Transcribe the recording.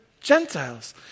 Gentiles